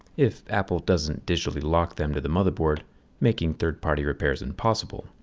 if apple doesn't digitally lock them to the motherboard making third party repairs impossible,